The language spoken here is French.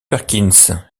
perkins